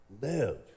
live